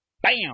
BAM